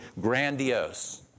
grandiose